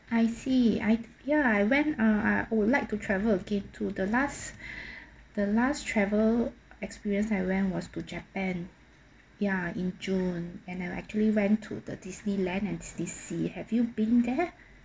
I see I ya I went ah uh I would like to travel again to the last the last travel experience I went was to japan ya in june and I actually went to the disneyland and disneysea have you been there